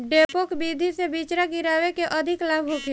डेपोक विधि से बिचरा गिरावे से अधिक लाभ होखे?